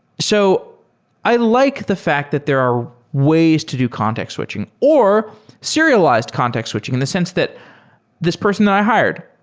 so i like the fact that there are ways to do context switching or serialized context switching in the sense that this person that i hired.